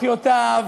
אחיותיו,